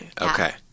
Okay